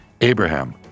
Abraham